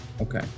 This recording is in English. Okay